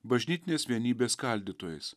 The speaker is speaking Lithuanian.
bažnytinės vienybės skaldytojais